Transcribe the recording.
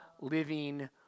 living